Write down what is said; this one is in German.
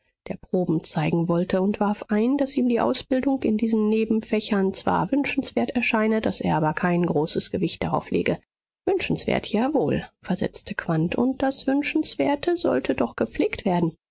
der proben zeigen wollte und warf ein daß ihm die ausbildung in diesen nebenfächern zwar wünschenswert erscheine daß er aber kein großes gewicht darauf lege wünschenswert jawohl versetzte quandt und das wünschenswerte sollte doch gepflegt werden